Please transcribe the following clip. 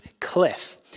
cliff